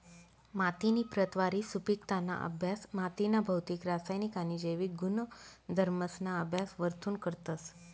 मातीनी प्रतवारी, सुपिकताना अभ्यास मातीना भौतिक, रासायनिक आणि जैविक गुणधर्मसना अभ्यास वरथून करतस